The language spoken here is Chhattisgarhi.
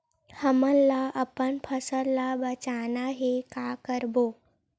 हमन ला अपन फसल ला बचाना हे का करबो?